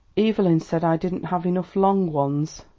evelyn said i didn't have enough long ones.